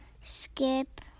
skip